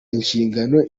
inshingano